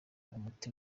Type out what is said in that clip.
umuti